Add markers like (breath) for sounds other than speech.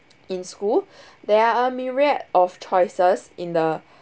in school (breath) there are a myriad of choices in the (breath)